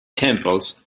temples